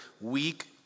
weak